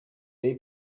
ari